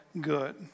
good